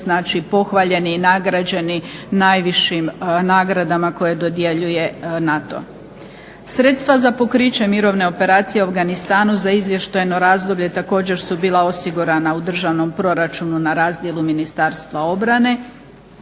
znači pohvaljeni i nagrađeni najvišim nagradama koje dodjeljuje NATO. Sredstva za pokriće mirovne operacije u Afganistanu za izvještajno razdoblje također su bila osigurana u državnom proračunu na razdjelu Ministarstva obrane,